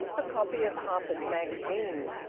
a copy of harper's magazine,